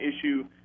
issue